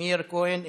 מאיר כהן,